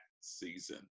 season